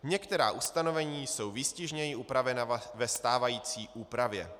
Některá ustanovení jsou výstižněji upravena ve stávající úpravě.